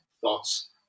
thoughts